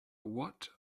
what